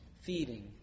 feeding